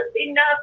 enough